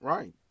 Right